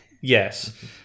Yes